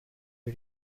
are